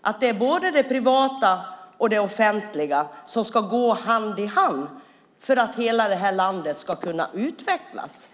att det privata och det offentliga ska gå hand i hand för att det här landet ska kunna utvecklas.